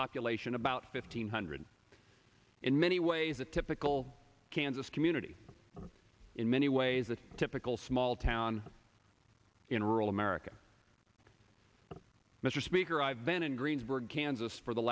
population about fifteen hundred in many ways the typical kansas community in many ways the typical small town in rural america mr speaker i've been in greensburg kansas for the